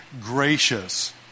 gracious